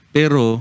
pero